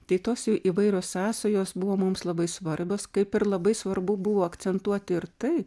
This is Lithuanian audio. tai tos jau įvairios sąsajos buvo mums labai svarbios kaip ir labai svarbu buvo akcentuoti ir tai